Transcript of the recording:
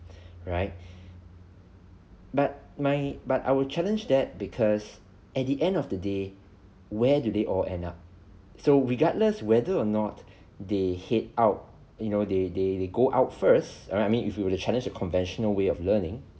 right but my but I will challenge that because at the end of the day where do they all end up so regardless whether or not they head out you know they they they go out first alright I mean if you were to challenge the conventional way of learning